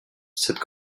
cette